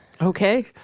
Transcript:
okay